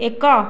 ଏକ